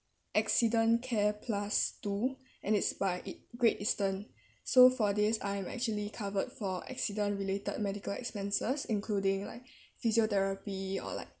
accident care plus two and it's by e~ Great Eastern so for this I am actually covered for accident related medical expenses including like physiotherapy or like